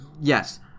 Yes